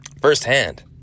firsthand